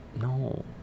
No